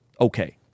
okay